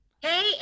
Hey